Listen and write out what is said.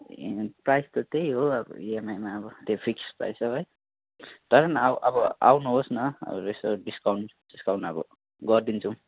ए price त त्यही हो अब इएमआईमा अब त्यो फिक्स प्राइस हो है तर पनि अब अब आउनुहोस् न अगर यसो डिस्काउन्टसिस्काउन अब गरिदिन्छौँ